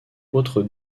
autres